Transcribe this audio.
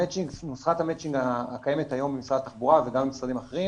נוסחת המצ'ינג הקיימת היום במשרד התחבורה וגם במשרדים אחרים